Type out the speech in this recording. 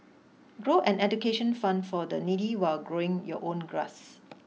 grow an education fund for the needy while growing your own grass